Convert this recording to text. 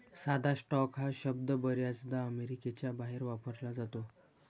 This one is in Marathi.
साधा स्टॉक हा शब्द बर्याचदा अमेरिकेच्या बाहेर वापरला जातो